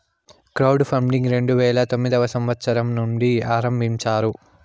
crowd funding రెండు వేల తొమ్మిదవ సంవచ్చరం నుండి ఆరంభించారు